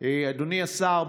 אדוני השר,